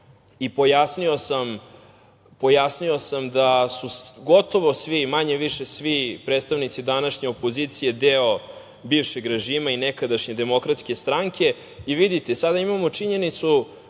i pojasnio sam da su gotovo svi, manje više svi predstavnici današnje opozicije deo bivšeg režima i nekadašnje DS i vidite sada imamo činjenicu